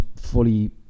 fully